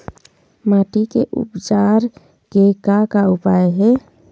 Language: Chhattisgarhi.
माटी के उपचार के का का उपाय हे?